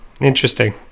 interesting